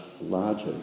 larger